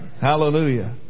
Hallelujah